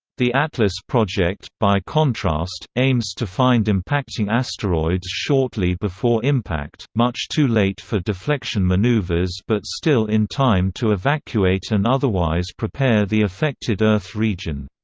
the atlas project, by contrast, aims to find impacting asteroids shortly before impact, much too late for deflection maneuvers but still in time to evacuate and otherwise prepare the affected earth region.